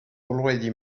already